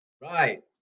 Right